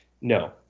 no